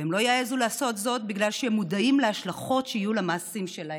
והם לא יעזו לעשות זאת בגלל שהם מודעים להשלכות שיהיו למעשים שלהם: